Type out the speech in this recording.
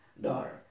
daughter